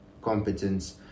competence